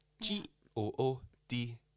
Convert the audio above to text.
g-o-o-d